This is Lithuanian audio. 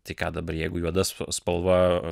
tai ką dabar jeigu juoda spalva